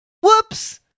whoops